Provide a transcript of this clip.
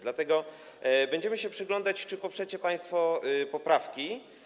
Dlatego będziemy się przyglądać, czy poprzecie państwo poprawki.